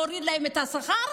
להוריד להן את השכר?